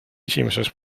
esimeses